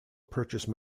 purchase